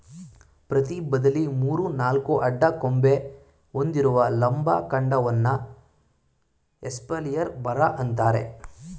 ಪ್ರತಿ ಬದಿಲಿ ಮೂರು ನಾಲ್ಕು ಅಡ್ಡ ಕೊಂಬೆ ಹೊಂದಿರುವ ಲಂಬ ಕಾಂಡವನ್ನ ಎಸ್ಪಾಲಿಯರ್ ಮರ ಅಂತಾರೆ